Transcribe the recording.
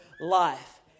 life